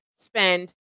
spend